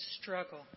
struggle